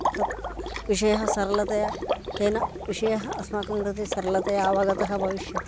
तथा विषय सरलतया तेन विषयः अस्माकं कृते सरलतया अवगतः भविष्यति